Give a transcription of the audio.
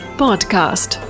podcast